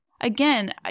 again